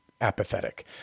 apathetic